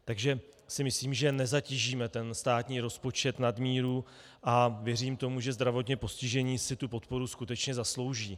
Takže si myslím, že nezatížíme státní rozpočet nad míru, a věřím, že zdravotně postižení si tu podporu skutečně zaslouží.